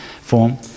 form